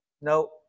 no